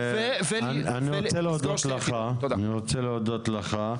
אני רוצה להודות לך.